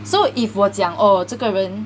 so if 我讲 oh 这个人